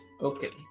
Okay